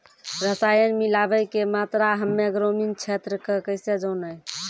रसायन मिलाबै के मात्रा हम्मे ग्रामीण क्षेत्रक कैसे जानै?